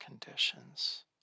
conditions